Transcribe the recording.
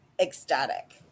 ecstatic